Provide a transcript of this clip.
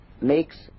makes